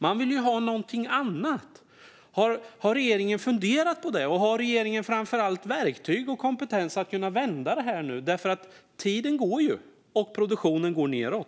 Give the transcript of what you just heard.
De vill ju ha någonting annat. Har regeringen funderat på det, och - framför allt - har regeringen verktyg och kompetens att vända det här? Tiden går, och produktionen går nedåt.